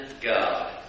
God